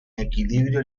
equilibrio